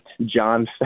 John